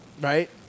Right